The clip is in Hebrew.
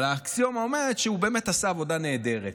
אבל האקסיומה אומרת שהוא באמת עשה עבודה נהדרת.